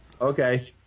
Okay